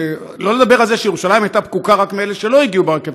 שלא לדבר על זה שירושלים הייתה פקוקה רק מאלה שלא הגיעו ברכבת,